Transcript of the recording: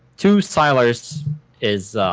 two psylars is